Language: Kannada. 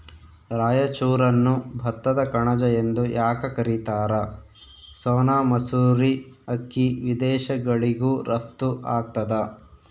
ರಾಯಚೂರನ್ನು ಭತ್ತದ ಕಣಜ ಎಂದು ಯಾಕ ಕರಿತಾರ? ಸೋನಾ ಮಸೂರಿ ಅಕ್ಕಿ ವಿದೇಶಗಳಿಗೂ ರಫ್ತು ಆಗ್ತದ